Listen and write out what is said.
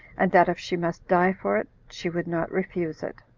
and that if she must die for it, she would not refuse it.